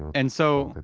and so,